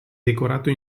decorato